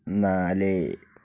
നാല്